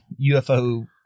UFO